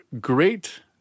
great